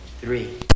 three